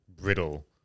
brittle